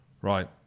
Right